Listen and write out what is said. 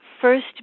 first